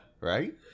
Right